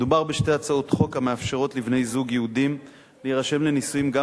מדובר בשתי הצעות חוק המאפשרות לבני-זוג יהודים להירשם לנישואים גם